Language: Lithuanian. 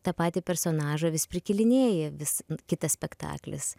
tą patį personažą vis prikėlinėji vis kitas spektaklis